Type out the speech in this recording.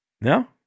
No